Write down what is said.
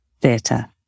Theatre